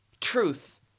truth